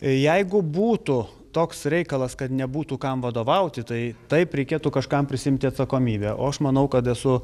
jeigu būtų toks reikalas kad nebūtų kam vadovauti tai taip reikėtų kažkam prisiimti atsakomybę o aš manau kad esu